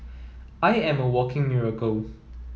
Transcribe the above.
I am a walking miracle